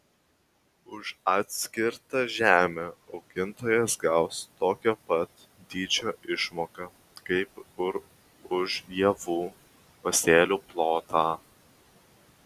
už atskirtą žemę augintojas gaus tokio pat dydžio išmoką kaip ir už javų pasėlių plotą